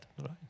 Right